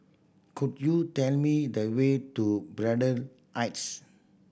could you tell me the way to Braddell Heights